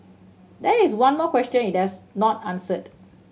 that is one more question it has not answered